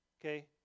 Okay